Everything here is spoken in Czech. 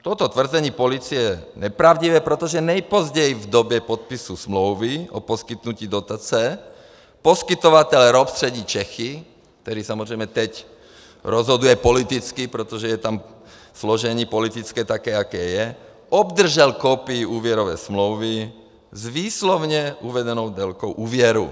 Toto tvrzení policie je nepravdivé, protože nejpozději v době podpisu smlouvy o poskytnutí dotace poskytovatel ROP Střední Čechy který samozřejmě teď rozhoduje politicky, protože je tam složení politické takové, jaké je obdržel kopii úvěrové smlouvy s výslovně uvedenou délkou úvěru.